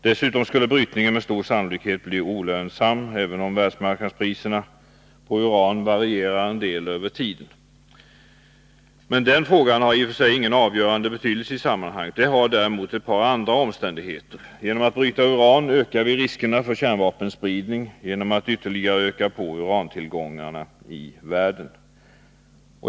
Dessutom skulle brytningen med stor sannolikhet bli olönsam, även om världsmarknadspriserna på uran varierar en del över tiden. Men den frågan har i och för sig ingen avgörande betydelse i sammanhanget. Det har däremot ett par andra omständigheter. Bryter vi uran ökar vi riskerna för kärnvapenspridning genom att ytterligare öka urantillgången i världen.